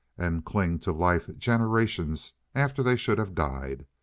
and cling to life generations after they should have died.